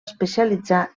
especialitzar